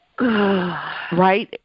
right